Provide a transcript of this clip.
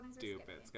stupid